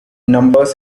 numbers